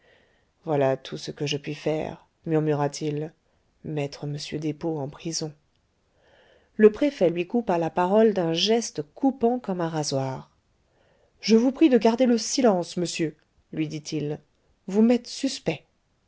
voilà tout ce que je puis faire murmura-t-il mettre m despaux en prison le préfet lui coupa la parole d'un geste coupant comme un rasoir je vous prie de garder le silence monsieur lui dit-il vous m'êtes suspect